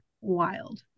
wild